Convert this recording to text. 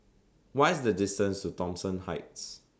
What IS The distance to Thomson Heights